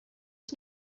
was